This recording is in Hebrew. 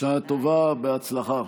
בשעה טובה ובהצלחה.